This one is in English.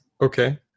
Okay